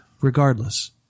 regardless